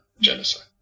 genocide